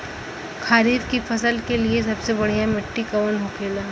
खरीफ की फसल के लिए सबसे बढ़ियां मिट्टी कवन होखेला?